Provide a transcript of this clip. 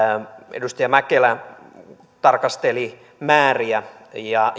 edustaja mäkelä tarkasteli määriä ja